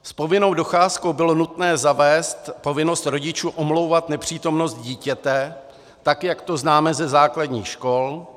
S povinnou docházkou bylo nutné zavést povinnost rodičů omlouvat nepřítomnost dítěte, tak jak to známe ze základních škol.